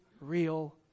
real